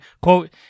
quote